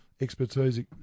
expertise